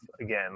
again